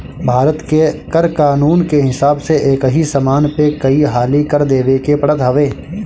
भारत के कर कानून के हिसाब से एकही समान पे कई हाली कर देवे के पड़त हवे